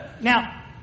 Now